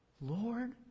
Lord